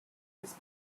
his